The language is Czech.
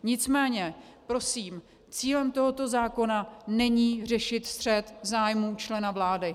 Nicméně prosím, cílem tohoto zákona není řešit střet zájmů člena vlády.